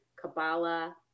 Kabbalah